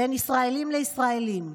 בין ישראלים לישראלים.